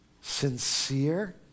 sincere